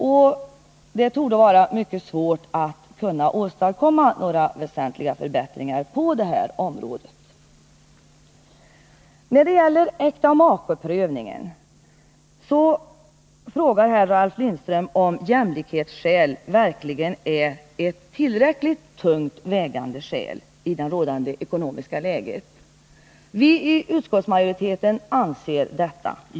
Och det torde vara mycket svårt att kunna åstadkomma några väsentliga förbättringar på det här området. När det gäller äktamakeprövningen frågade Ralf Lindström om jämlikhetsskälet verkligen är ett tillräckligt tungt vägande skäl i det rådande ekonomiska läget. Ja, vi i utskottsmajoriteten anser det.